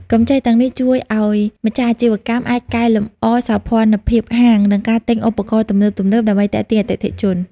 កម្ចីទាំងនេះជួយឱ្យម្ចាស់អាជីវកម្មអាចកែលម្អសោភ័ណភាពហាង និងការទិញឧបករណ៍ទំនើបៗដើម្បីទាក់ទាញអតិថិជន។